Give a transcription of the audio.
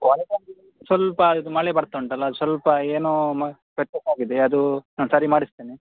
ಸ್ವಲ್ಪ ಇದು ಮಳೆ ಬರ್ತಾ ಉಂಟಲ್ಲ ಅದು ಸ್ವಲ್ಪ ಏನೋ ವ್ಯತ್ಯಾಸ ಆಗಿದೆ ಅದು ನಾನು ಸರಿ ಮಾಡಿಸ್ತೇನೆ